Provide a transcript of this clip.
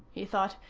he thought.